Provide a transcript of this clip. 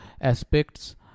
aspects